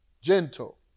gentle